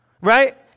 right